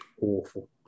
awful